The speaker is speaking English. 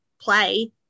play